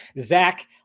Zach